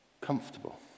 comfortable